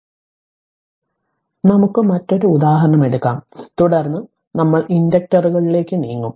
അതിനാൽ നമുക്ക് മറ്റൊരു ഉദാഹരണം എടുക്കാം തുടർന്ന് നമ്മൾ ഇൻഡക്ടറുകളിലേക്ക് നീങ്ങും